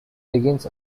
begins